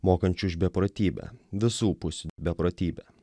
mokančių už beprotybę visų pusių beprotybę